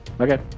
Okay